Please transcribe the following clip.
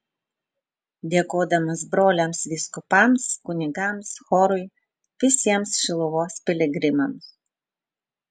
dėkodamas broliams vyskupams kunigams chorui visiems šiluvos piligrimams